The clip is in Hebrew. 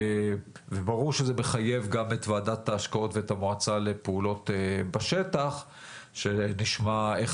וברור שזה מחייב גם את ועדת ההשקעות ואת המועצה לפעולות בשטח שנשמע איך